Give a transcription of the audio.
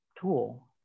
tool